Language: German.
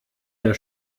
der